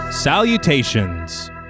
Salutations